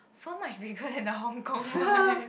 so much bigger in the Hong-Kong one